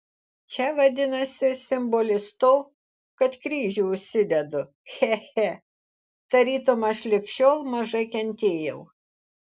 čia vadinasi simbolis to kad kryžių užsidedu che che tarytum aš lig šiol mažai kentėjau